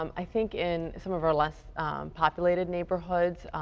um i think in some of our less populated neighborhoods,